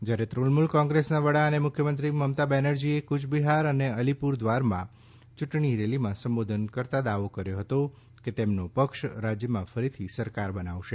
જ્યારે તૃણમૂલ કોંગ્રેસના વડા અને મુખ્યમંત્રી મમતા બેનરજીએ કૂયબિહાર અને અલીપુર દ્વારમાં યૂંટણી રેલીમાં સંબોધન કરતાં દાવો કર્યો હતો કે તેમનો પક્ષ રાજ્યમાં ફરીથી સરકાર બનાવશે